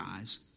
eyes